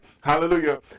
hallelujah